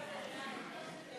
ההסתייגות של קבוצת סיעת המחנה הציוני